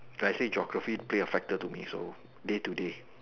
I say geography play a factor to me so day to day